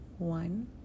One